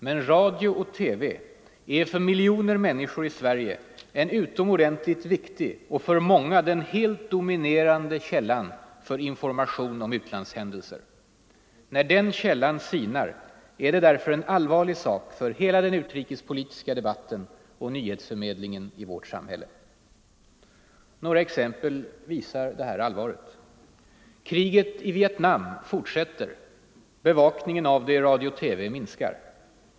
Men radio och TV är för miljoner människor i Sverige en utomordenligt viktig och för många den helt dominerande källan för information om utlandshändelser. När den källan sinar är det därför en allvarlig sak för hela den utrikespolitiska debatten och nyhetsförmedlingen i vårt samhälle. Några exempel visar detta allvar. Kriget i Vietnam fortsätter — bevakningen av det i radio-TV minskar.